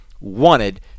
wanted